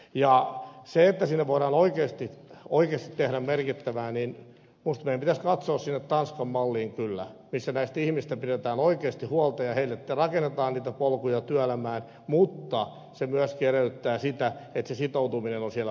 ja että siellä voidaan oikeasti tehdä merkittävää tulosta niin minusta meidän pitäisi katsoa sinne tanskan malliin kyllä missä näistä ihmisistä pidetään oikeasti huolta ja heille rakennetaan niitä polkuja työelämään mutta se myöskin edellyttää sitä että se sitoutuminen on siellä paikallaan